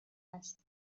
است